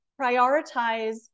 prioritize